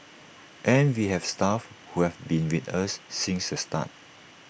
and we have staff who have been with us since the start